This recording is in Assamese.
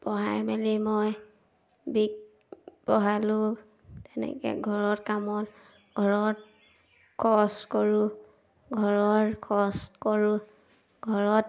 পঢ়াই মেলি মই পঢ়ালোঁ তেনেকৈ ঘৰত কামত ঘৰত খৰচ কৰোঁ ঘৰৰ খৰচ কৰোঁ ঘৰত